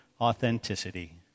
authenticity